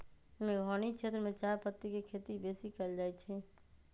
मेघौनी क्षेत्र में चायपत्ति के खेती बेशी कएल जाए छै